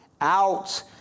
out